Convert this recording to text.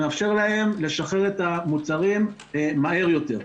זה מאפשר להם לשחרר את המוצרים מהר יותר.